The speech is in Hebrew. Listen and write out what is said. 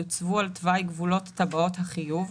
יוצבו על תוואי גבולות טבעות חיוב,